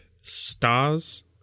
stars